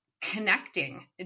connecting